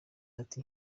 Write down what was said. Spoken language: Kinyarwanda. ati